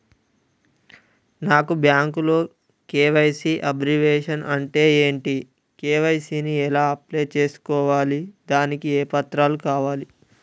నాకు బ్యాంకులో KYC abbreviation అంటే ఏంటి కే.వై.సీ ని ఎలా అప్లై చేసుకోవాలి దానికి ఏ పత్రాలు కావాలి?